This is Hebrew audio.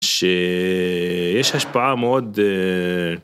‫ש... ‫יש השפעה מאוד, אה...